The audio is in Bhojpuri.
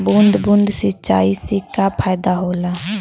बूंद बूंद सिंचाई से का फायदा होला?